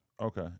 Okay